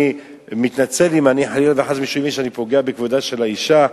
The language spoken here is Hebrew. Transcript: אני מתנצל אם חלילה וחס חושבים שאני פוגע בכבודה של האשה.